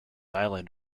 island